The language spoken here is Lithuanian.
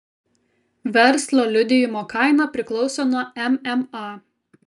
verslo liudijimo kaina priklauso nuo mma